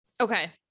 Okay